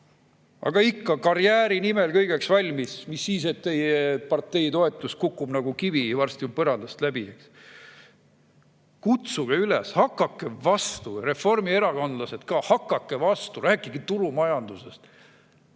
Aga ikka karjääri nimel kõigeks valmis, mis siis, et teie partei toetus varsti kukub nagu kivi põrandast läbi. Kutsuge üles, hakake vastu! Reformierakondlased ka, hakake vastu! Rääkige turumajandusest!